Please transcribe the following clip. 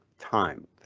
time